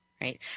right